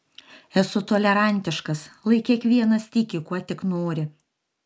esu tolerantiškas lai kiekvienas tiki kuo tik nori